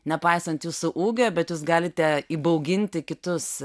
nepaisant jūsų ūgio bet jūs galite įbauginti kitus